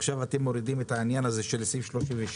עכשיו אתם מורידים את העניין הזה של סעיף 37,